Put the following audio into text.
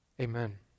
Amen